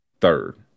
third